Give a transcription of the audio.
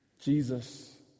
Jesus